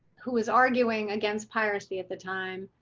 who was arguing against piracy. at the time,